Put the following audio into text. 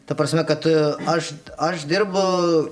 ta prasme kad tu aš aš dirbu